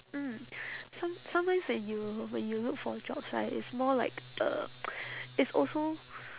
mm so so means when you when you look for jobs right it's more like uh it's also